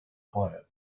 quiet